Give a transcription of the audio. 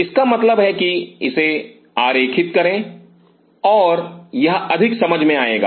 इसका मतलब है कि इसे आरेखित करें और यह अधिक समझ में आएगा